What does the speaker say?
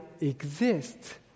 exist